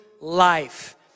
life